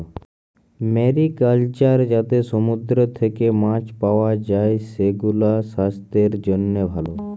mariculture যাতে সমুদ্র থেক্যে মাছ পাওয়া যায়, সেগুলাসাস্থের জন্হে ভালো